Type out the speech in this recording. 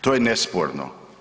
To je nesporno.